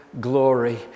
glory